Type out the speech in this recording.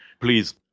please